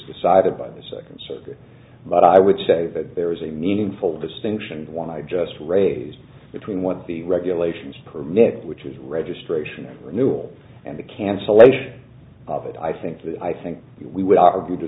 decided by the second circuit but i would say there is a meaningful distinction one i just raise between what the regulations permit which is registration renewal and the cancellation of it i think i think we would argue to